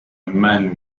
man